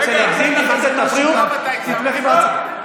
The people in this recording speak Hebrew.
אלעזר שטרן,